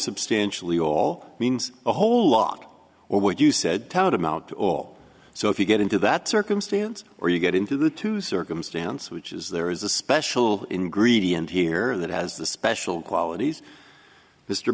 substantially all means a whole lot or what you said town amount or so if you get into that circumstance or you get into the two circumstance which is there is a special ingredient here that has the special qualities mr